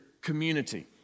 community